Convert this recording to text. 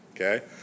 Okay